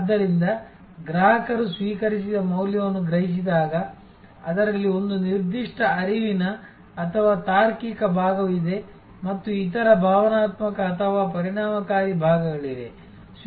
ಆದ್ದರಿಂದ ಗ್ರಾಹಕರು ಸ್ವೀಕರಿಸಿದ ಮೌಲ್ಯವನ್ನು ಗ್ರಹಿಸಿದಾಗ ಅದರಲ್ಲಿ ಒಂದು ನಿರ್ದಿಷ್ಟ ಅರಿವಿನ ಅಥವಾ ತಾರ್ಕಿಕ ಭಾಗವಿದೆ ಮತ್ತು ಇತರ ಭಾವನಾತ್ಮಕ ಅಥವಾ ಪರಿಣಾಮಕಾರಿ ಭಾಗಗಳಿವೆ